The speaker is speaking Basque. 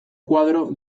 koadro